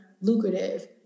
lucrative